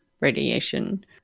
radiation